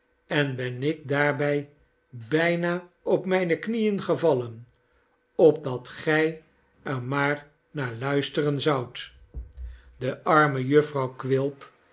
en ben ik daarbij bijna op mijne knieen gevallen opdat gij er maar naar luisteren zoudt de arme jufvrouw quilp